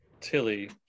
Tilly